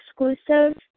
exclusive